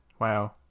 wow